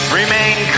remain